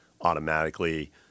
automatically